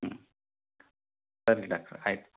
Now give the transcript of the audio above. ಹ್ಞೂ ಸರಿ ಡಾಕ್ಟ್ರೇ ಆಯಿತು